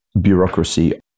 bureaucracy